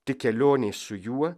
tik kelionė su juo